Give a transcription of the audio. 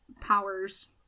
powers